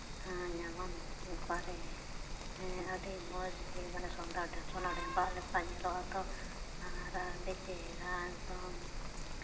ᱧᱟᱢᱟᱢ ᱚᱠᱟᱨᱮ ᱦᱮᱸ ᱟᱹᱰᱤ ᱢᱚᱡᱽ ᱜᱮ ᱢᱟᱱᱮ ᱥᱳᱱᱟ ᱰᱷᱩᱢᱵᱟᱹᱜ ᱞᱮᱠᱟ ᱧᱮᱞᱚᱜᱼᱟ ᱛᱚ ᱟᱨ ᱟᱹᱰᱤ ᱪᱮᱦᱨᱟ ᱮᱠᱫᱚᱢ